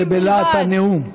זה בלהט הנאום.